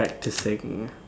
practicing